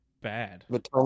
bad